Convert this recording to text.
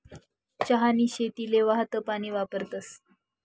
चहानी शेतीले वाहतं पानी वापरतस